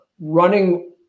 running